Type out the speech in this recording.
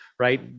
Right